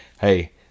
hey